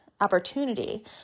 opportunity